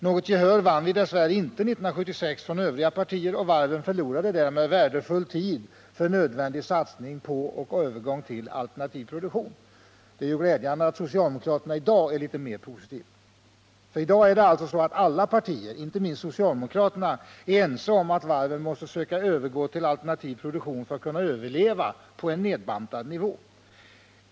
Något gehör vann vi dess värre inte 1976 från övriga partier, och varven förlorade därmed värdefull tid för nödvändig satsning på och övergång till alternativ produktion. Det är glädjande att socialdemokraterna i dag är litet mer positiva. I dag är det så att alla partier — inte minst socialdemokraterna — är ense om att varven måste söka övergå till alternativ produktion för att kunna överleva på en nedbantad nivå.